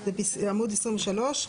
זה עמוד 23,